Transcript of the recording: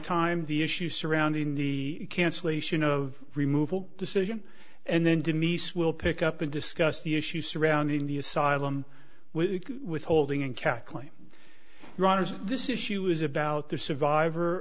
time the issues surrounding the cancellation of removal decision and then denise will pick up and discuss the issues surrounding the asylum with withholding and cackling rogers this issue is about the survivor